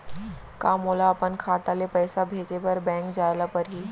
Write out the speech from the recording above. का मोला अपन खाता ले पइसा भेजे बर बैंक जाय ल परही?